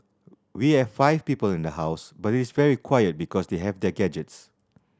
we have five people in the house but it is very quiet because they have their gadgets